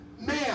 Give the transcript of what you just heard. Man